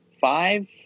five